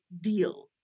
deal